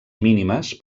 mínimes